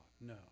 no